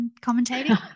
commentating